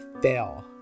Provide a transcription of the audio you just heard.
fail